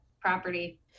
property